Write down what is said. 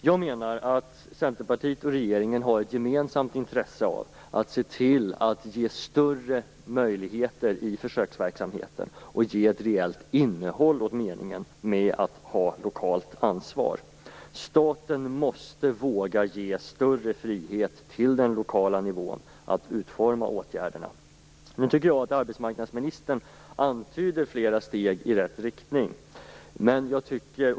Jag menar att Centerpartiet och regeringen har ett gemensamt intresse av att se till att ge större möjligheter i försöksverksamheten och ge ett reellt innehåll åt meningen med att ha lokalt ansvar. Staten måste våga ge större frihet till den lokala nivån att utforma åtgärderna. Nu tycker jag att arbetsmarknadsministern antyder flera steg i rätt riktning.